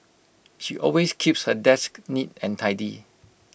she always keeps her desk neat and tidy